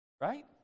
right